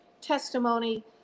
testimony